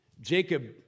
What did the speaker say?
Jacob